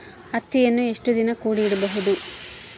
ಹತ್ತಿಯನ್ನು ಎಷ್ಟು ದಿನ ಕೂಡಿ ಇಡಬಹುದು?